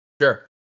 Sure